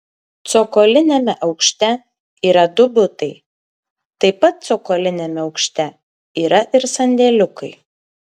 cokoliniame aukšte yra du butai taip pat cokoliniame aukšte yra ir sandėliukai